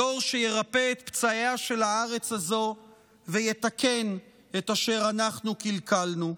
הדור שירפא את פצעיה של הארץ הזאת ויתקן את אשר אנחנו קלקלנו.